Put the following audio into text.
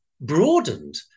broadened